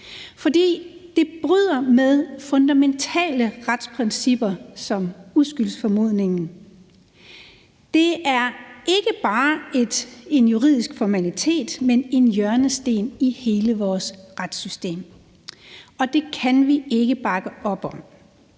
For det bryder med fundamentale retsprincipper som uskyldsformodningen; det er ikke bare ikke en juridisk formalitet, men en hjørnesten i hele vores retssystem, og det kan vi ikke bakke op om.